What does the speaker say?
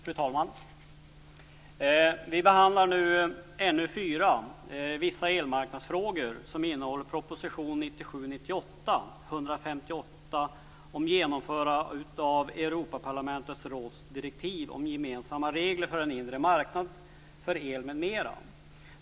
Fru talman! Vi behandlar nu betänkande NU4 Vissa elmarknadsfrågor. Det gäller proposition 1997/98:159 om genomförande av Europaparlamentets och rådets direktiv om gemensamma regler för den inre marknaden för el, m.m.